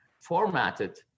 formatted